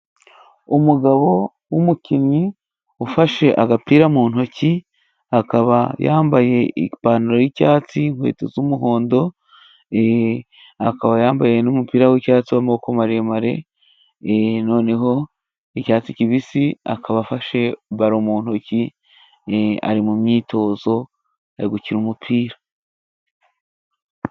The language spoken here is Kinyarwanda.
Umugabo w'umukinnyi ufashe agapira mu ntoki, akaba yambaye ipantaro y'icyatsi, inkweto z'umuhondo, akaba yambaye n'umupira w'icyatsi w'amaboko maremare, noneho icyatsi kibisi akaba afashe balo mu ntoki ari mu myitozo yo gukina umupira.